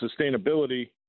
sustainability